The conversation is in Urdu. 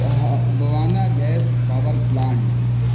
Bawana gas power plant